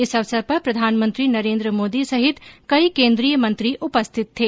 इस अवसर पर प्रधानमंत्री नरेन्द्र मोदी सहित कई कोन्द्रीय मंत्री उपस्थित थे